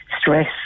stress